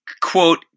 quote